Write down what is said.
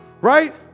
Right